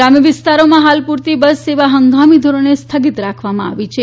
ગ્રામ્ય વિસ્તારોમાં હાલ પુરતી બસ સેવા હંગામી ધોરણે સ્થગિત રાખવામાં આવી છે